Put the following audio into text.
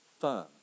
firm